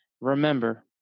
remember